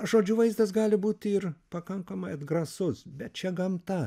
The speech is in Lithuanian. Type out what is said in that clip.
žodžiu vaizdas gali būt ir pakankamai atgrasus bet čia gamta